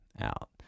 out